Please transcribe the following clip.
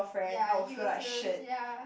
ya you feels ya